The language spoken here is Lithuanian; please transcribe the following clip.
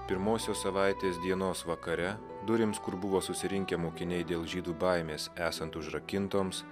pirmosios savaitės dienos vakare durims kur buvo susirinkę mokiniai dėl žydų baimės esant užrakintoms